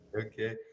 Okay